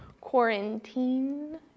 quarantine